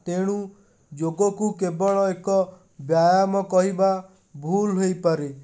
ତେଣୁ ଯୋଗକୁ କେବଳ ଏକ ବ୍ୟାୟାମ କହିବା ଭୁଲ୍ ହୋଇପାରେ